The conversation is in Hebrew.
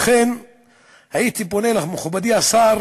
לכן הייתי פונה למכובדי השר